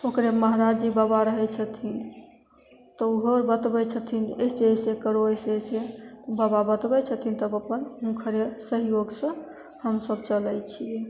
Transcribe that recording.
ओकरे महाराजजी बाबा रहै छथिन तऽ ओहो बतबै छथिन अइसे अइसे करो अइसे अइसे बाबा बतबै छथिन तब अपन हुनकरे सहयोगसे हमसभ चलै छिए